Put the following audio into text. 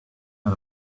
got